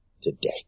today